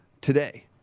today